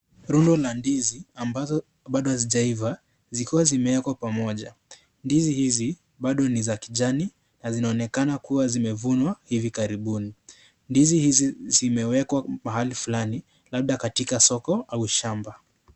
Runu la ndizi ambazo bado hazijaiva zikiwa zimewekwa pamoja, ndizi hizi bado ni za kijani na zinaonekana kua zimevunwa hivi karibuni, ndizi hizi zimewekwa mahali fulani labda katika soko au shamba.